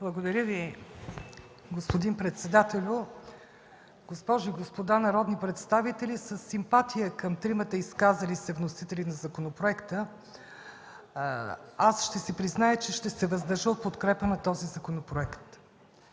Благодаря Ви, господин председател. Госпожи и господа народни представители, със симпатия към тримата изказали се вносители на законопроекта, аз ще си призная, че ще се въздържа от подкрепа на този законопроект.